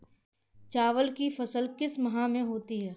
चावल की फसल किस माह में होती है?